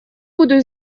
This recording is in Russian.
буду